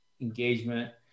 engagement